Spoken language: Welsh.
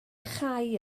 chau